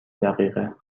دقیقه